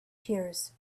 tears